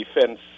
defense